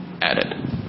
added